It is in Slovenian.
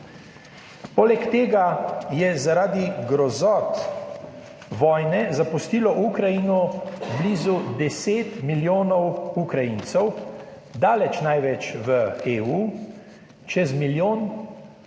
Poleg tega je zaradi grozot vojne zapustilo Ukrajino blizu deset milijonov Ukrajincev, daleč največ v EU, čez milijon